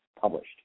published